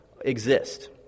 exist